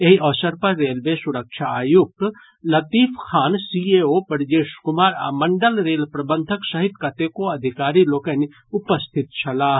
एहि अवसर पर रेलवे सुरक्षा आयुक्त लतिफ खान सीएओ ब्रजेश कुमार आ मंडल रेल प्रबंधक सहित कतेको अधिकारी लोकनि उपस्थित छलाह